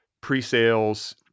pre-sales